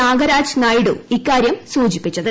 നാഗരാജ് നായിഡു ഇക്കാര്യം സൂചിപ്പിച്ചത്